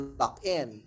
lock-in